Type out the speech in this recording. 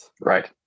Right